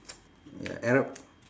ya arab